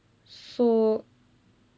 so